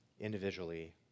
individually